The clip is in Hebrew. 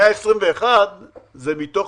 121 זה מתוך